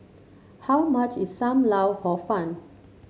how much is Sam Lau Hor Fun